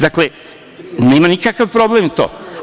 Dakle, nema nikakav problem to.